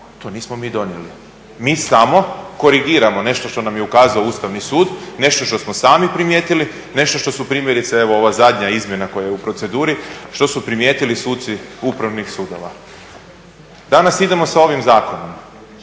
o 2010. godini. Mi samo korigiramo nešto što nam je ukazao Ustavni sud, nešto što smo sami primijetili, nešto što su primjerice evo ova zadnja izmjena koja je u proceduri što su primijetili suci upravnih sudova. Danas idemo sa ovim zakonom, rekao